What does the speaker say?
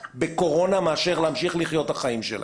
בקורונה מאשר להמשיך לחיות את החיים שלהם.